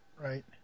Right